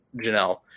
Janelle